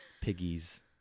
piggies